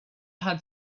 had